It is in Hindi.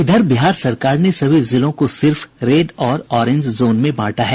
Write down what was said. इधर बिहार सरकार ने सभी जिलों को सिर्फ रेड और ऑरेंज जोन में बांटा है